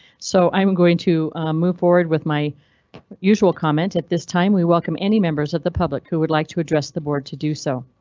so i'm going to move forward with my usual comment. at this time we welcome any members of the public who would like to address the board to do so.